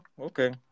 okay